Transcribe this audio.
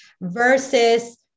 versus